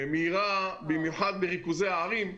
מהירה, במיוחד בריכוזי הערים.